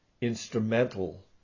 instrumental